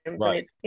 Right